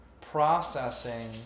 processing